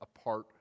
apart